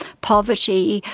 poverty,